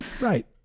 Right